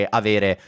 avere